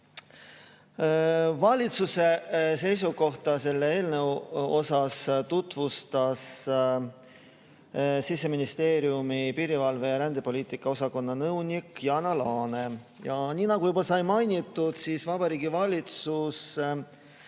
Valitsuse seisukohta selle eelnõu osas tutvustas Siseministeeriumi piirivalve- ja rändepoliitika osakonna nõunik Jana Laane. Nii nagu sai mainitud, Vabariigi Valitsus